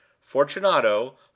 fortunato